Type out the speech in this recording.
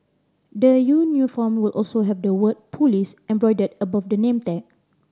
the new uniform will also have the word police embroidered above the name tag